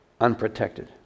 unprotected